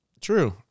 True